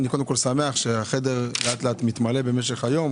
אני קודם כל שמח שהחדר לאט-לאט מתמלא במשך היום,